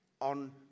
on